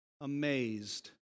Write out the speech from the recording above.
amazed